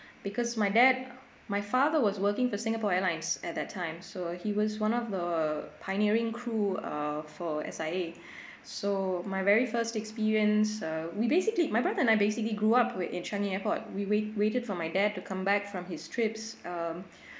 because my dad my father was working for singapore airlines at that time so he was one of the pioneering crew uh for S_I_A so my very first experience uh we basically my brother and I basically grew up with in changi airport we wait waited for my dad to come back from his trips um